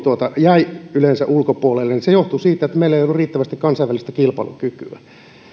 jäi yleensä ulkopuolelle se johtui siitä että meillä ei ollut riittävästi kansainvälistä kilpailukykyä